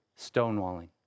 stonewalling